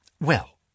Well